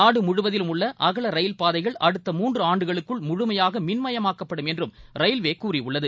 நாடு முழுவதிலும் உள்ள அகல ரயில் பாதைகள் அடுத்த மூன்று ஆண்டுகளுக்குள் முழுமையாக மின்மயமாக்கப்படும் என்றும் ரயில்வே கூறியுள்ளது